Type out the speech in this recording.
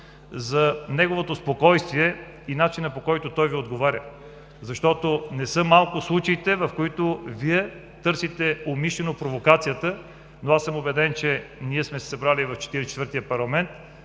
за неговото спокойствие и начина, по който той Ви отговаря, защото не са малко случаите, в които Вие търсите умишлено провокацията, но аз съм убеден, че ние сме се събрали в Четиридесет